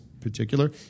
particular